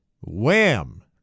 wham